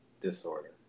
disorder